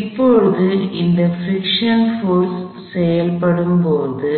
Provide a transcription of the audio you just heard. இப்போது இந்த friction force செயல்படும்போது